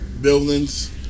buildings